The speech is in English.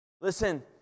Listen